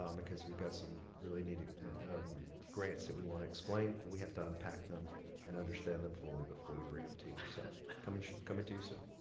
um because we've got some really needed grants that we wanna explain but we have to unpack them and understand them fully before we bring em to you, so. coming coming to you so